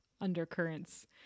undercurrents